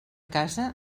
casa